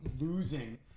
losing